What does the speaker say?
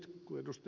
kun ed